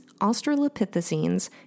australopithecines